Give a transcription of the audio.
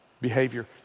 behavior